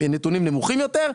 נתונים נמוכים יותר,